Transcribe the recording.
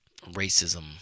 racism